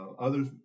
Others